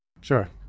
Sure